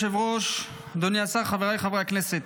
אדוני היושב-ראש, אדוני השר, חבריי חברי הכנסת,